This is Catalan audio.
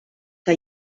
que